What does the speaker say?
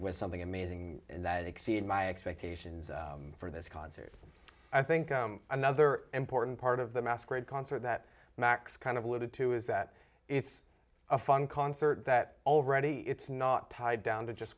was something amazing that exceeded my expectations for this concert i think another important part of the masquerade concert that max kind of alluded to is that it's a fun concert that already it's not tied down to just